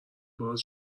باز